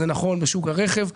נכון בשוק הרכב,